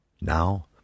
Now